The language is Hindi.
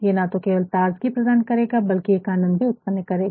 ये न तो केवल ताज़गी प्रदान करेगा बल्कि एक आनंद भी उत्पन्न करेगा